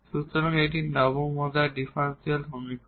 সুতরাং এটি নবম অর্ডার ডিফারেনশিয়াল সমীকরণ